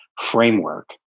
framework